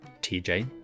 TJ